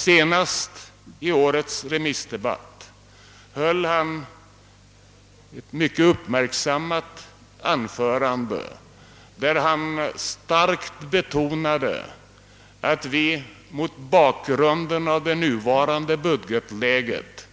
Senast i årets remissdebatt höll han ett mycket uppmärksammat anförande vari han starkt betonade, att vi alla mot bakgrunden av det nuvarande budgetläget